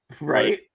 Right